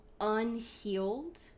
unhealed